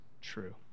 true